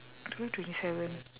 today twenty seven